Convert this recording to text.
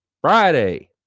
Friday